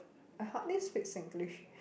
I hardly speak Singlish